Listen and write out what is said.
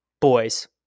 boys